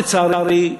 לצערי,